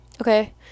Okay